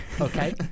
okay